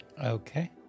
Okay